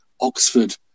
Oxford